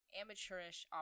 amateurish